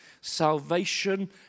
Salvation